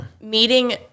meeting